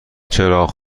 چراغ